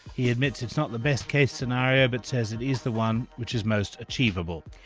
he admits it's not the best case scenario, but says it is the one which is most achievable.